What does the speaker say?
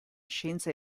scienza